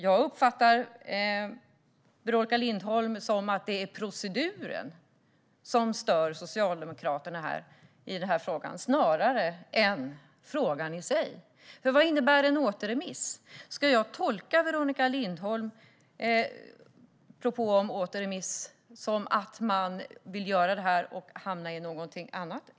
Jag uppfattar Veronica Lindholm så att det är proceduren som stör Socialdemokraterna snarare än frågan i sig. Vad innebär en återremiss? Ska jag tolka Veronica Lindholms propå om återremiss som att man vill göra det och hamna i något annat?